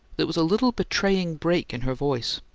there was a little betraying break in her voice,